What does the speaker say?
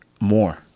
more